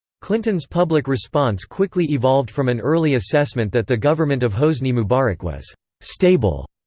clinton's public response quickly evolved from an early assessment that the government of hosni mubarak was stable,